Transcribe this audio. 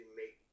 make